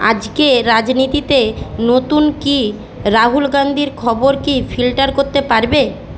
আজকে রাজনীতিতে নতুন কি রাহুল গান্ধীর খবর কি ফিল্টার করতে পারবে